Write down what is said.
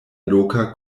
loka